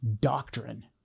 doctrine